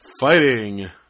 Fighting